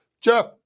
Jeff